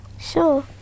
Sure